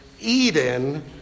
Eden